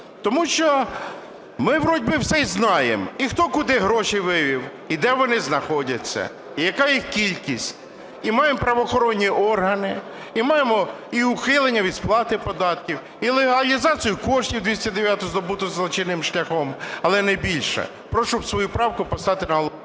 Тому що ми вроде би і все знаємо: і хто куди гроші вивів, і де вони знаходяться, і яка їх кількість, і маємо правоохоронні органи, і маємо і ухилення від сплати податків, і легалізацію коштів (209-а), здобутих злочинним шляхом, але не більше. Прошу свою правку поставити на...